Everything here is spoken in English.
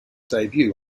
debut